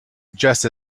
just